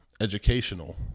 educational